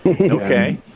Okay